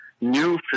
new